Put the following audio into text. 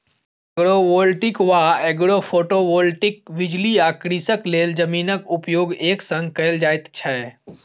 agrovoltaic वा agrophotovoltic बिजली आ कृषिक लेल जमीनक उपयोग एक संग कयल जाइत छै